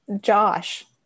Josh